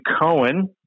Cohen